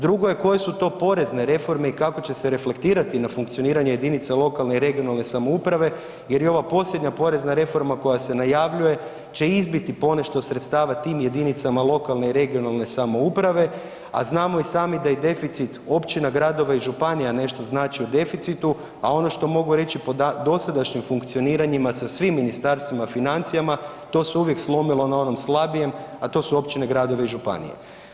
Drugo je, koje su to porezne reforme i kako će se reflektirati na funkcioniranje jedinice lokalne i regionalne samouprave jer je ova posljednja porezna reforma koja se najavljuje će izbiti ponešto sredstava tim jedinice lokalne i regionalne samouprave, a znamo i sami da je deficit općina, gradova i županija nešto znači u deficitu, a ono što mogu reći po dosadašnjim funkcioniranjima sa svim ministarstvima financijama, to se uvijek slomilo na onom slabijem, a to su općine, gradovi i županije.